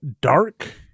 dark